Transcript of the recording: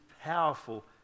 powerful